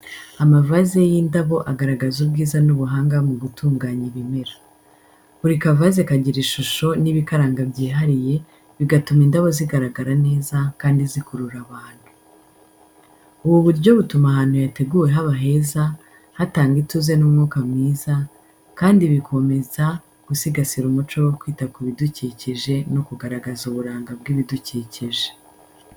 Amavaze y’indabo agaragaza ubwiza n’ubuhanga mu gutunganya ibimera. Buri kavaze kagira ishusho n’ibikaranga byihariye, bigatuma indabo zigaragara neza kandi zikurura abantu. Ubu buryo butuma ahantu yateguwe haba heza, hatanga ituze n’umwuka mwiza kandi bikomeza gusigasira umuco wo kwita ku bidukikije no kugaragaza uburanga bw’ibidukikije.